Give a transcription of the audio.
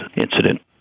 incident